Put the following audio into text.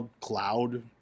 cloud